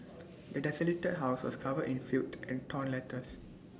the desolated house was covered in filth and torn letters